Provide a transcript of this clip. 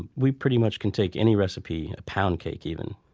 we pretty much can take any recipe, pound cake even,